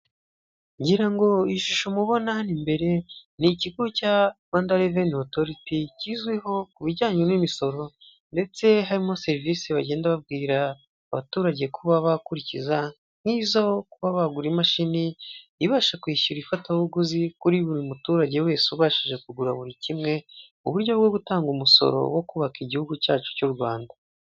Ngira ngo ishusho mubona hano imbere ni ikigo cya Rwanda Reveni Otoriti kizwiho ku bijyanye n'imisoro ndetse harimo serivisi bagenda babwira abaturage kuba bakurikiza nk'izo kuba bagura imashini ibasha kwishyura ifatabuguzi kuri buri muturage wese ubashije kugura buri kimwe, uburyo bwo gutanga umusoro wo kubaka igihugu cyacu cy'u Rwanda.